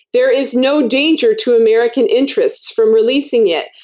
there is no danger to american interests from releasing it,